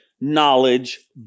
knowledge